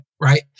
right